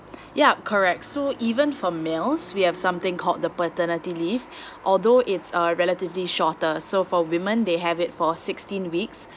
yup correct so even for males we have something called the paternity leave although it's uh relatively shorter so for women they have it for sixteen weeks